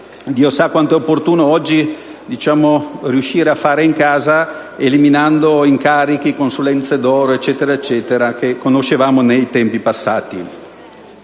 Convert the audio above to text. Dio sa quanto è opportuno oggi riuscire a fare in casa, eliminando incarichi, consulenze d'oro e così via, che conoscevamo nei tempi passati.